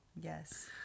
Yes